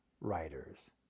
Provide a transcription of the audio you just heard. writers